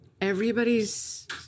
everybody's